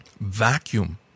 vacuum